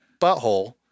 butthole